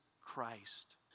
Christ